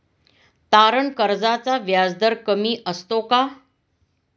तारण कर्जाचा व्याजदर कमी असतो का?